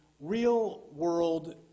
real-world